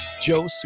Joe